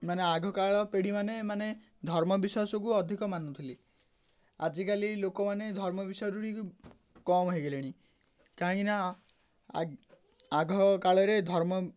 ମାନେ ଆଗକାଳରେ ପିଢ଼ିମାନେ ମାନେ ଧର୍ମବଶ୍ୱାସକୁ ଅଧିକ ମାନୁଥିଲେ ଆଜିକାଲି ଲୋକମାନେ ଧର୍ମ ବିଶ୍ୱାସ କମ୍ ହେଇଗଲେଣି କାହିଁକିନା ଆଗକାଳରେ ଧର୍ମ